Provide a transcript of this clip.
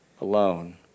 alone